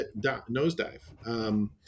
nosedive